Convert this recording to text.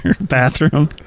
bathroom